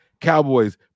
Cowboys